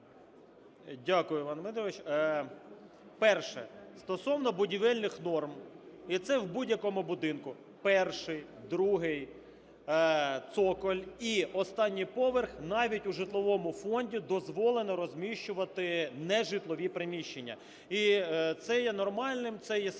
Дякую, Іване Дмитровичу. Перше. Стосовно будівельних норм. І це в будь-якому будинку, перший, другий, цоколь і останній поверх навіть у житловому фонді дозволено розміщувати нежитлові приміщення. І це є нормальним, це є світова